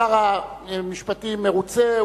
שר המשפטים מרוצה,